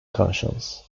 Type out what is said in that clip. conscience